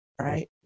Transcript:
Right